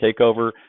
takeover